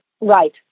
Right